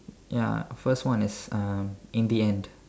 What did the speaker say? ya first one is uh in the end